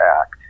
Act